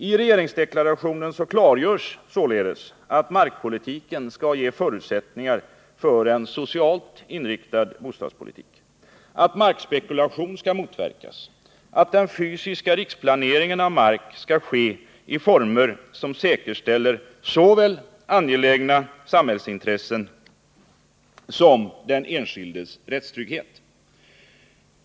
I regeringsdeklarationen klargörs således att markpolitiken skall ge förutsättningar för en socialt inriktad bostadspolitik, att markspekulation skall motverkas och att den fysiska riksplaneringen av mark skall ske i former som säkerställer såväl angelägna samhällsintressen som den enskildes rättstrygghet.